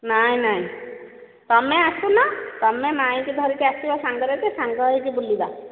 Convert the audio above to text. ନାଇଁ ନାଇଁ ତୁମେ ଆସୁନ ତୁମେ ମାଇଁକୁ ଧରିକି ଆସିବ ସାଙ୍ଗରେ ଯେ ସାଙ୍ଗ ହୋଇକି ବୁଲିବା